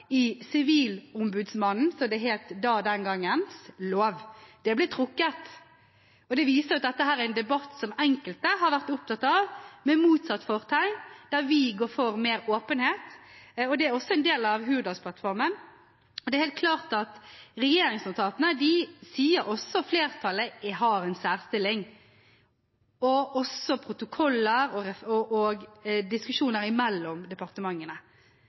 i loven om Sivilombudsmannen, som det het den gangen. Det ble trukket. Det viser at dette er en debatt der enkelte har vært opptatt av, med motsatt fortegn – der vi går for mer åpenhet. Det er også en del av Hurdalsplattformen. Det er helt klart at regjeringsnotatene, det sier også flertallet, har en særstilling og også protokoller og diskusjoner mellom departementene. Det opprettholder vi. De er særskilte. Det skal være mulig for regjeringer å ha gode diskusjoner